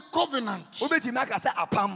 covenant